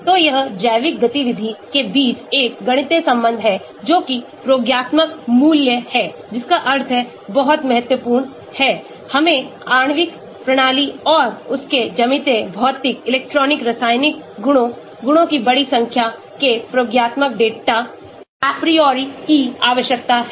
तो यह जैविक गतिविधि के बीच एक गणितीय संबंध है जो कि प्रयोगात्मक मूल्य है जिसका अर्थ है बहुत महत्वपूर्ण है हमें आणविक प्रणाली और उसके ज्यामितीय भौतिक इलेक्ट्रॉनिक रासायनिक गुणों गुणों की बड़ी संख्या के प्रयोगात्मक डेटा apriori की आवश्यकता है